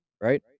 right